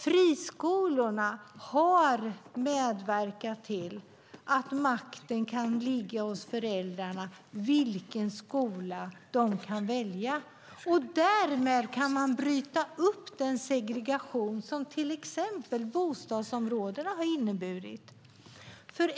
Friskolorna har medverkat till att makten ligger hos föräldrarna när det gäller vilken skola de kan välja. Därmed kan man bryta den segregation som till exempel bostadsområden har inneburit.